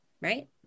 Right